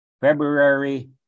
February